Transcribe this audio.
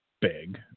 big